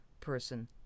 person